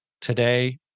today